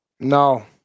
No